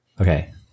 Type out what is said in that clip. Okay